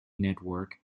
network